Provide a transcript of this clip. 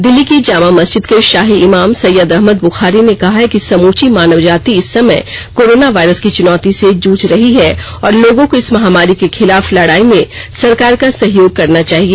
दिल्ली की जामा मस्जिद के शाही इमाम सैय्यद अहमद बूखारी ने कहा है कि समूची मानव जाति इस समय कोरोना वायरस की चुनौती से जूझ रही है और लोगों को इस महामारी के खिलाफ लड़ाई में सरकार का सहयोग करना चाहिए